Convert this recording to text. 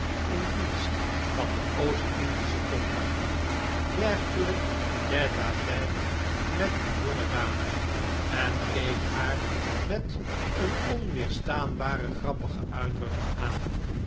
in dienst van de oost-indische compagnie werkelijk tete-a-tete met een jonge dame en keek haar met een onweerstaanbare grappige uitdrukking aan